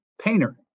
painter